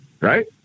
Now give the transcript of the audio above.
Right